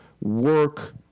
work